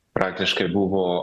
praktiškai buvo